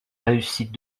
réussite